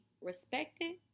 respected